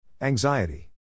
Anxiety